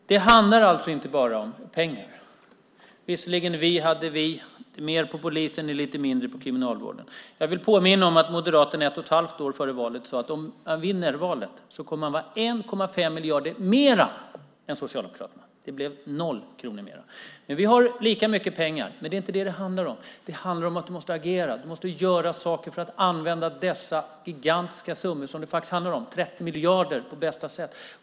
Det handlar alltså inte bara om pengar. Visserligen hade vi mer på polisen och lite mindre på kriminalvården. Jag vill påminna om att Moderaterna ett och ett halvt år före valet sade att om man vinner valet kommer man att ha 1,5 miljarder mer än Socialdemokraterna. Det blev 0 kronor mer. Vi har lika mycket pengar, men det är inte det som det handlar om. Det handlar om att vi måste agera, att vi måste göra saker för att använda dessa gigantiska summor som det handlar om, 30 miljarder, på bästa sätt.